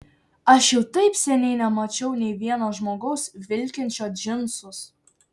aš jau taip seniai nemačiau nei vieno žmogaus vilkinčio džinsus